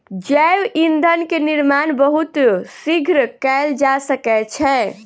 जैव ईंधन के निर्माण बहुत शीघ्र कएल जा सकै छै